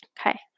Okay